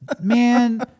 man